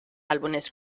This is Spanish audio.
álbumes